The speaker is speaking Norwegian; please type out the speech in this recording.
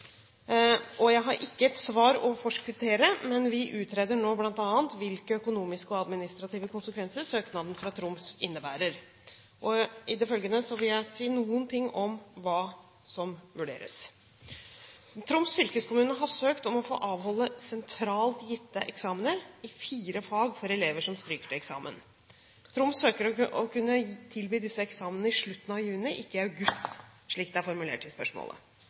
Jeg har ikke et svar å forskuttere, men vi utreder nå bl.a. hvilke økonomiske og administrative konsekvenser søknaden fra Troms innebærer. I det følgende vil jeg si noe om hva som vurderes. Troms fylkeskommune har søkt om å få avholde sentralt gitte eksamener i fire fag for elever som stryker til eksamen. Troms søker om å kunne tilby disse eksamenene i slutten av juni, ikke i august, slik det er formulert i spørsmålet.